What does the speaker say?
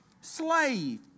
slave